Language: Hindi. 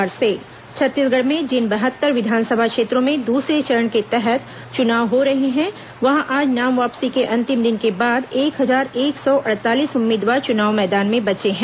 मुख्य निर्वाचन पदाधिकारी प्रेसवार्ता छत्तीसगढ़ में जिन बहत्तर विधानसभा क्षेत्रों में दूसरे चरण के तहत चुनाव हो रहे हैं वहां आज नाम वापसी के अंतिम दिन के बाद एक हजार एक सौ अड़तालीस उम्मीदवार चुनाव मैदान में बचे हैं